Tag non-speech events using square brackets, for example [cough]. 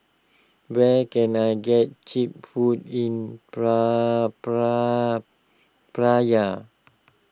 where can I get Cheap Food in [unintelligible] Praia